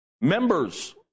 members